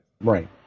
right